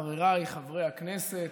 חבריי חברי הכנסת,